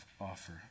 offer